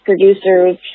producers